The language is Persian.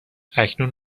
اکنون